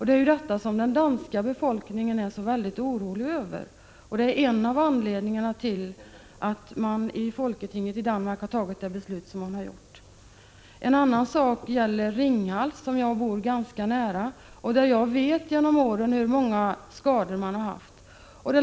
Det är detta som den danska befolkningen är så orolig över. Detta är en av anledningarna till att man i det danska folketinget har fattat det beslut som man har gjort. En annan sak gäller Ringhals, som jag bor i närheten av. Jag vet hur många skador man har haft där genom åren.